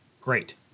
Great